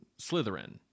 Slytherin